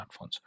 smartphones